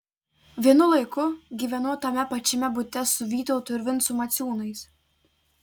vienu laiku gyvenau tame pačiame bute su vytautu ir vincu maciūnais